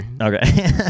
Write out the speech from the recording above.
Okay